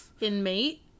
inmate